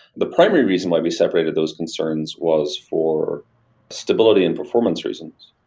the primary reason why we separated those concerns was for stability and performance reasons